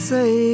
Say